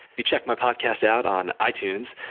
you check my podcast out on itunes,